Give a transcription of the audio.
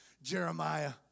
Jeremiah